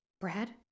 Brad